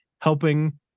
helping